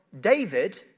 David